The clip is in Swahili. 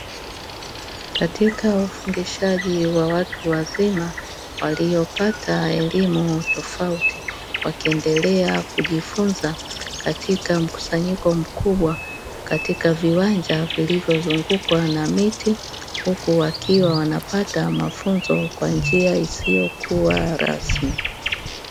Katika ufundishaji wa watu wazima waliopata elimu tofauti wakiendelea kujifunza katika mkusanyiko mkubwa katika viwanja vilivyozungukwa na miti huku wakiwa wanapata mafunzo kwa njia isiyokuwa rasmi.